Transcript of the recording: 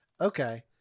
okay